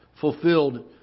fulfilled